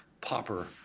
Popper